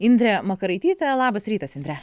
indrė makaraitytė labas rytas indre